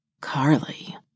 Carly